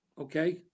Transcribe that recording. okay